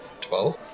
Twelve